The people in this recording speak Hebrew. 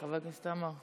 חבר הכנסת עמאר.